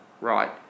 right